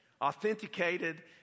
authenticated